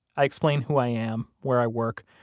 i explain who i am, where i work,